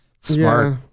smart